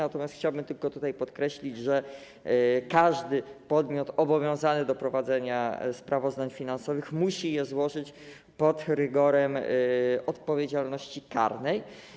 Natomiast chciałbym tylko podkreślić, że każdy podmiot obowiązany do prowadzenia sprawozdań finansowych musi je złożyć pod rygorem odpowiedzialności karnej.